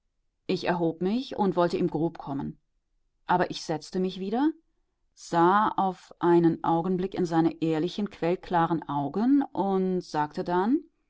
ich erhob mich und wollte ihm grob kommen aber ich setzte mich wieder sah auf einen augenblick in seine ehrlichen quellklaren augen und sagte dann